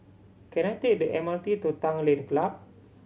can I take the M R T to Tanglin Club